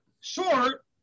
short